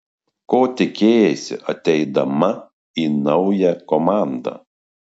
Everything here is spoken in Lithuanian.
ko tikėjaisi ateidama į naują komandą